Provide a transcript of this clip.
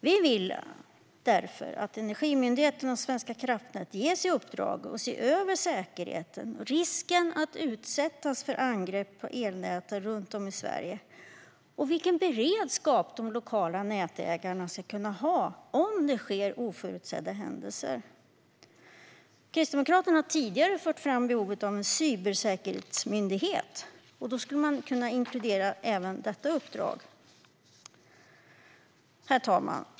Vi vill därför att Energimyndigheten och Svenska kraftnät ges i uppdrag att se över säkerheten, risken att utsättas för angrepp på elnäten runt om i Sverige och vilken beredskap de lokala nätägarna ska kunna ha om det sker oförutsedda händelser. Kristdemokraterna har tidigare fört fram behovet av en cybersäkerhetsmyndighet, och där skulle även detta uppdrag kunna inkluderas. Herr talman!